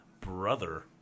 brother